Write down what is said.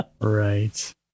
right